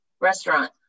restaurant